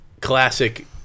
classic